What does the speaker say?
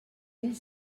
mille